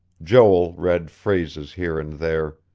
joel read phrases here and there.